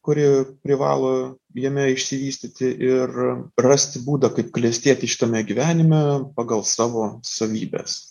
kuri privalo jame išsivystyti ir rasti būdą kaip klestėti šitame gyvenime pagal savo savybes